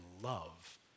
love